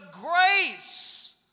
grace